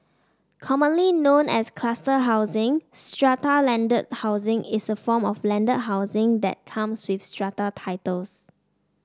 commonly known as cluster housing strata landed housing is a form of landed housing that comes with strata titles